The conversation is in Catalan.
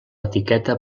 etiqueta